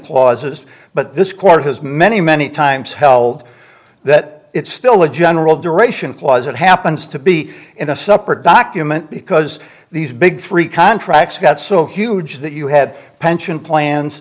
clauses but this court has many many times held that it's still a general duration clause that happens to be in a separate document because these big three contracts got so huge that you had pension plans